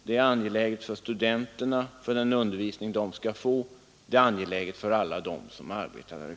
Det är angeläget för den undervisning studenterna skall få, det är angeläget för alla dem som arbetar där ute.